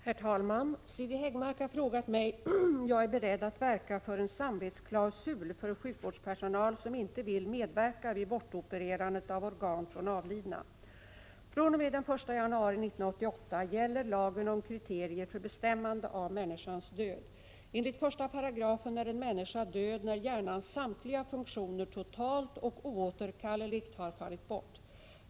Herr talman! Siri Häggmark har frågat mig om jag är beredd att verka för en samvetsklausul för sjukvårdspersonal som inte vill medverka vid bortopererandet av organ från avlidna. fr.o.m. den 1 januari 1988 gäller lagen om kriterier för bestämmande av människans död. Enligt 1§ är en människa död när hjärnans samtliga funktioner totalt och oåterkalleligt har fallit bort.